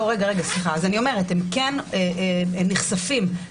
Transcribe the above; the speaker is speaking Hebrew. אני מגיעה